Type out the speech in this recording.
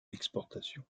l’exportation